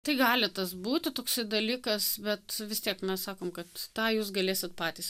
tai gali tas būti toksai dalykas bet vis tiek mes sakom kad tą jūs galėsit patys